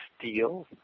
steel